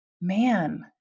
man